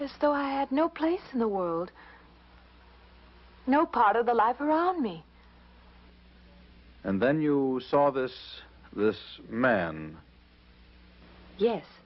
this still had no place in the world no part of the life around me and then you saw this this man yes